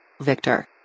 Victor